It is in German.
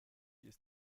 ist